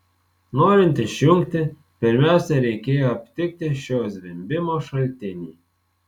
norint išjungti pirmiausia reikėjo aptikti šio zvimbimo šaltinį